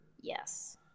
Yes